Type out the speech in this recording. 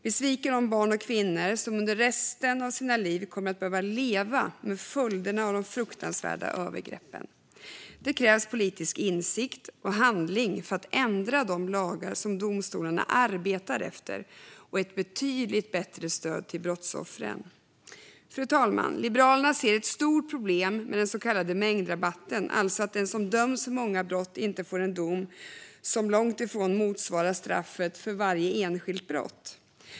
Vi sviker de barn och kvinnor som under resten av sina liv kommer att behöva leva med följderna av de fruktansvärda övergreppen. Det krävs politisk insikt och handling för att ändra de lagar som domstolarna arbetar efter och ett betydligt bättre stöd till brottsoffren. Fru talman! Liberalerna ser ett stort problem med den så kallade mängdrabatten, vilken innebär att den som döms för många brott får en dom som inte på långa vägar motsvarar summan av straffen för varje enskilt brott.